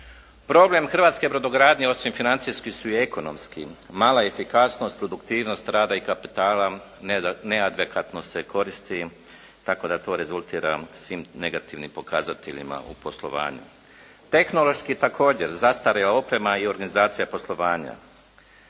Problem hrvatske brodogradnje osim financijskih su i ekonomski. Mala efikasnost, produktivnost rada i kapitala neadekvatno se koristi, tako da to rezultira svim negativnim pokazateljima u poslovanju. Tehnološki također, zastarjela oprema i organizacija poslovanja.